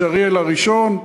יש אריאל הראשון,